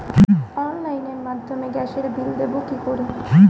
অনলাইনের মাধ্যমে গ্যাসের বিল দেবো কি করে?